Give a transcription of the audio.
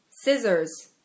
Scissors